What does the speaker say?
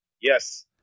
Yes